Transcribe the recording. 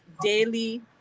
daily